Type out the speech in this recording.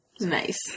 Nice